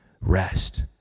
rest